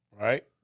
Right